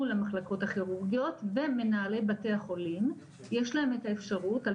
למחלקות הכירורגיות ומנהלי בתי החולים יש להם את האפשרות על